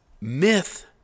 myth